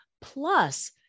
plus